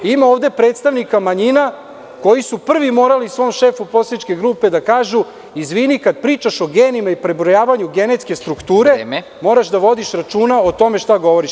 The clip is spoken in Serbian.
Ima ovde predstavnika manjina koji su prvi morali svom šefu poslaničke grupe da kažu – izvini, kad pričaš o genima i prebrojavanju genetske strukture, moraš da vodiš računa o tome šta govoriš.